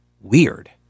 Weird